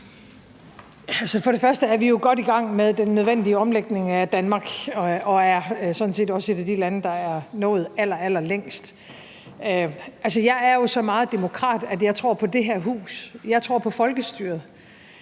Først er vi jo godt i gang med den nødvendige omlægning af Danmark og er sådan set også et af de lande, der er nået allerallerlængst. Jeg er jo så meget demokrat, at jeg tror på det her hus. Jeg tror på folkestyret.